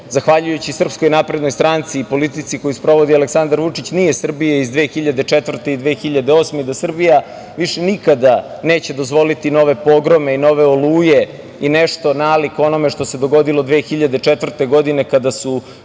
zahvaljujući SNS, politici koju sprovodi Aleksandar Vučić, nije Srbija iz 2004. i 2008. godine i da Srbija više nikada neće dozvoliti nove pogrome i nove oluje, i nešto nalik onome što se dogodilo 2004. godine kada su